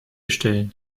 stellen